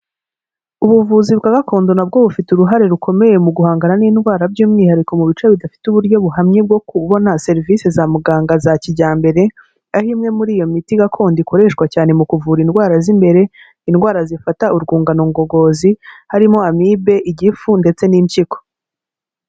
Ubuvuzi bwa gakondo nabwo bufite uruhare rukomeye mu guhangana n'indwara by'umwihariko mu bice bidafite uburyo buhamye bwo kubona serivise za muganga za kijyambere, aho imwe muri iyo miti gakondo ikoreshwa cyane mu kuvura indwara z'imbere, indwara zifata urwungano ngogozi harimo amibe, igifu ndetse n'impyiko.